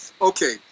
okay